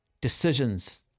decisions